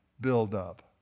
buildup